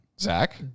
Zach